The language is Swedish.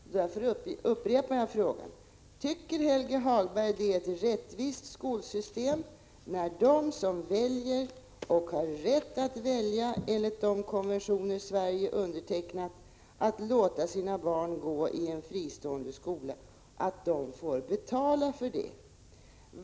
Av den anledningen upprepar jag min fråga: Tycker Helge Hagberg att vi har ett rättvist skolsystem när de som väljer — och har rätt att välja, enligt konventioner som Sverige har undertecknat — att låta sina barn gå i en fristående skola också själva får betala för det?